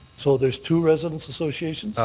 so there's two residents association?